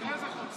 איזו חוצפה זאת.